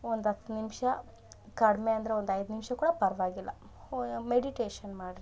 ಒಂದು ಹತ್ತು ನಿಮಿಷ ಕಡಿಮೆ ಅಂದರೆ ಒಂದು ಐದು ನಿಮಿಷ ಕೂಡ ಪರವಾಗಿಲ್ಲ ಹೋಯ ಮೆಡಿಟೇಷನ್ ಮಾಡ್ರಿ